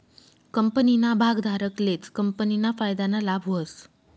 कंपनीना भागधारकलेच कंपनीना फायदाना लाभ व्हस